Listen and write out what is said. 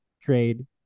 trade